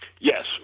Yes